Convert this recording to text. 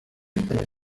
bifitanye